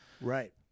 right